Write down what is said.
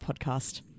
Podcast